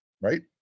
right